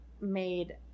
made